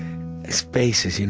spaces. you know